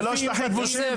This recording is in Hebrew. זה לא שטחים כבושים,